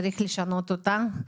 צריך לשנות אותה.